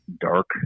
dark